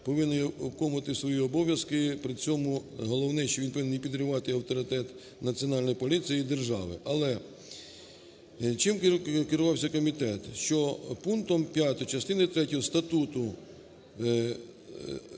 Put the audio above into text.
повинен виконувати свої обов'язки при цьому головне, що він повинен не підривати авторитет Національної поліції і держави. Але чим керувався комітет? Що пунктом 5 частини третьої статуту